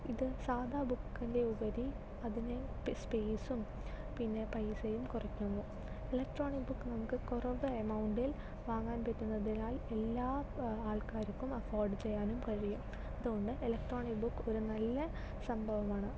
ഇത് സാധാരണ ബുക്കിൻ്റെ ഉപരി അതിന് സ്പേസും പിന്നെ പൈസയും കുറയ്ക്കുന്നു ഇലക്ട്രോണിക് ബുക്ക് നമുക്ക് കുറഞ്ഞ എമൗണ്ടിൽ വാങ്ങാൻ പറ്റുന്നതിനാൽ എല്ലാ ആൾക്കാർക്കും അഫ്ഫോർഡ് ചെയ്യാനും കഴിയും അതുകൊണ്ട് ഇലക്ട്രോണിക് ബുക്ക് ഒര് നല്ല സംഭവമാണ്